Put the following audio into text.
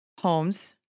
homes